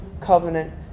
covenant